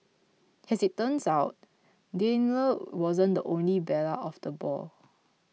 as it turns out Daimler wasn't the only belle of the ball